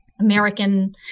American